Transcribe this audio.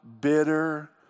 bitter